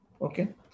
Okay